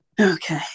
Okay